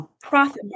profit